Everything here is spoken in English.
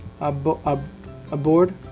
aboard